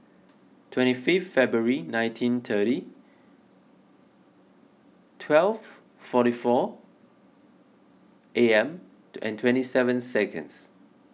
twenty fifth February nineteen thirty twelve forty four a m twenty seven seconds